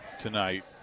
tonight